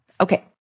Okay